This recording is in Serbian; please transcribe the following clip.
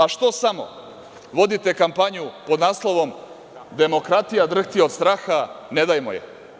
A što samo vodite kampanju pod naslovom – demokratija, drhti od straha, ne dajmo je.